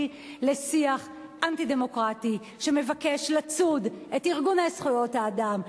לשיח אנטי-דמוקרטי שמבקש לצוד את ארגוני זכויות האדם,